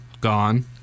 gone